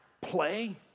play